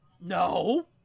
No